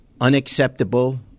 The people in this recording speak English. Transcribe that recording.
unacceptable